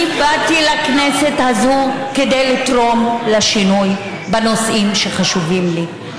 אני באתי לכנסת הזו כדי לתרום לשינוי בנושאים שחשובים לי.